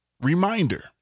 reminder